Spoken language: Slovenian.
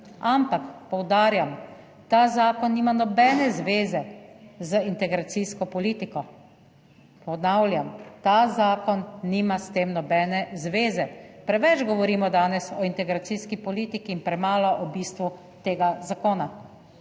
Ampak, poudarjam, ta zakon nima nobene zveze z integracijsko politiko, ponavljam, ta zakon nima s tem nobene zveze. Preveč govorimo danes o integracijski politiki in premalo o bistvu tega zakona.